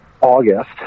August